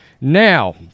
Now